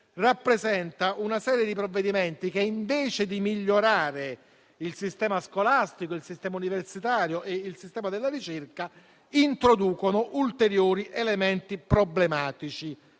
rappresenta una serie di provvedimenti che, invece di migliorare il sistema scolastico, universitario e della ricerca, introducono ulteriori elementi problematici,